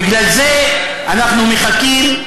בגלל זה אנחנו מחכים,